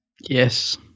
Yes